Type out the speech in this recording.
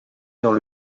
dans